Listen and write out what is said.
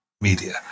media